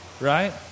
right